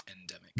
endemic